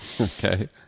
Okay